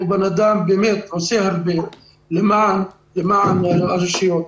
הוא אדם שבאמת עושה הרבה למען הרשויות.